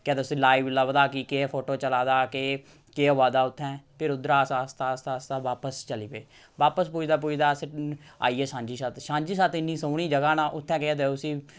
केह् आखदे उसी लाइव लभदा कि केह् फोटो चला दा केह् केह् होवा दा उत्थैं फिर उद्धर अस आस्ता आस्ता आस्ता बापस चली पे बापस पुजदे पुजदे अस आई गे सांझीछत्त सांझीछत्त इन्नी सोह्नी जगह ना उत्थै केह् आखदे उसी